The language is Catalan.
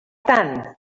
tant